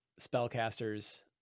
spellcasters